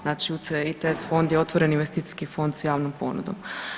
Znači CITS fond je otvoreni investicijski fond s javnom ponudom.